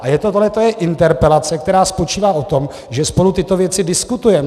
A je to interpelace, která spočívá v tom, že spolu tyto věci diskutujeme.